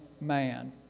man